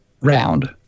round